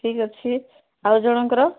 ଠିକ୍ ଅଛି ଆଉ ଜଣଙ୍କର